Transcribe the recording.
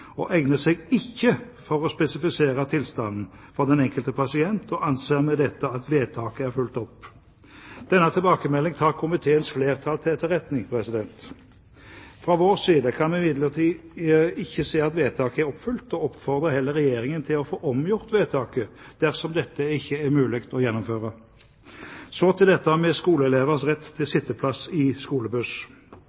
og egner seg ikke for å spesifisere tilstanden for den enkelte pasient, og anser med dette at vedtaket er fulgt opp. Denne tilbakemeldingen tar komiteens flertall til etterretning. Fra vår side kan vi imidlertid ikke se at vedtaket er oppfylt, og oppfordrer heller Regjeringen til å få omgjort vedtaket, dersom dette ikke er mulig å gjennomføre. Så til dette med skoleelevers rett til